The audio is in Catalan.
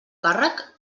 càrrec